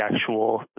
actual